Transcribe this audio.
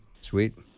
Sweet